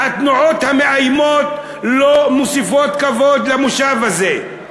והתנועות המאיימות, לא מוסיפות כבוד למושב הזה.